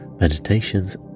meditations